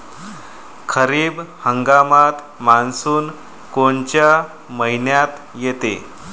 खरीप हंगामात मान्सून कोनच्या मइन्यात येते?